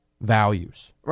values